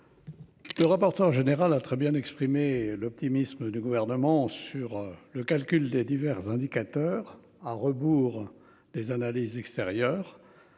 Le rapporteur général a très bien exprimé l'optimisme du gouvernement sur le calcul des divers indicateurs à rebours des analyses extérieures.